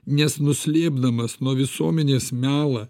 nes nuslėpdamas nuo visuomenės melą